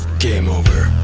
game over.